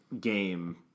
game